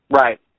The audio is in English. Right